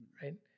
right